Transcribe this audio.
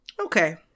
Okay